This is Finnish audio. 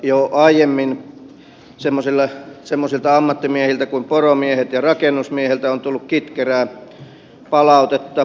jo aiemmin semmoisilta ammattimiehiltä kuin poromiehet ja rakennusmiehet on tullut kitkerää palautetta